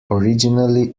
originally